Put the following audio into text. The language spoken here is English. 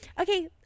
okay